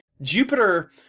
Jupiter